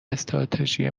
استراتژی